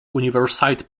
universite